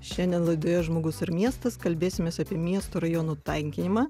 šiandien laidoje žmogus ir miestas kalbėsimės apie miesto rajonų tankinimą